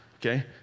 Okay